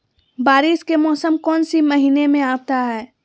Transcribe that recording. बारिस के मौसम कौन सी महीने में आता है?